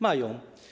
Mają.